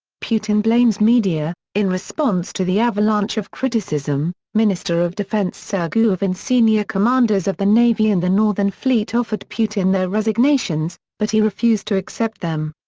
putin blames media in response to the avalanche of criticism, minister of defence sergeyev and senior commanders of the navy and the northern fleet offered putin their resignations, but he refused to accept them.